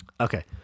Okay